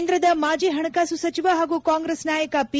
ಕೇಂದ್ರದ ಮಾಜಿ ಹಣಕಾಸು ಸಚಿವ ಹಾಗೂ ಕಾಂಗ್ರೆಸ್ ನಾಯಕ ಪಿ